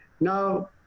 Now